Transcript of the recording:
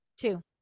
two